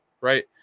right